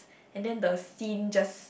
and then the scene just